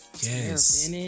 Yes